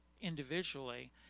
individually